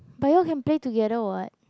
but you can play together [what]